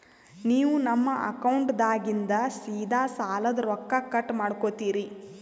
ನೀವು ನಮ್ಮ ಅಕೌಂಟದಾಗಿಂದ ಸೀದಾ ಸಾಲದ ರೊಕ್ಕ ಕಟ್ ಮಾಡ್ಕೋತೀರಿ?